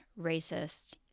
racist